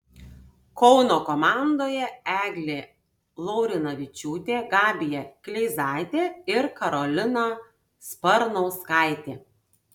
kauno komandoje eglė laurinavičiūtė gabija kleizaitė ir karolina sparnauskaitė